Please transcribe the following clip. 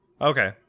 okay